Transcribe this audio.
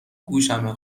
گوشمه